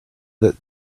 that